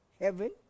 heaven